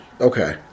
Okay